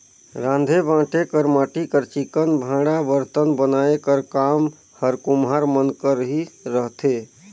राँधे बांटे कर माटी कर चिक्कन भांड़ा बरतन बनाए कर काम हर कुम्हार मन कर ही रहथे